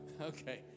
Okay